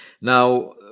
Now